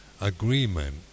agreement